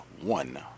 one